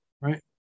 right